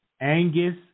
Angus